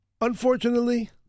unfortunately